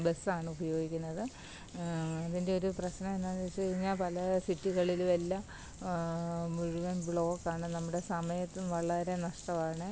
ബസ്സാണ് ഉപയോഗിക്കുന്നത് അതിൻറ്റൊരു പ്രശ്നമെന്താണ് വെച്ച് കഴിഞ്ഞാൽ പല സിറ്റികളിലുമെല്ലാം ബ്ലോക്കാണ് മുഴുവൻ ബ്ലോക്കാണ് നമ്മുടെ സമയത്തും വളരെ നഷ്ടമാണ്